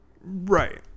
right